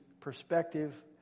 perspective